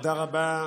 תודה רבה,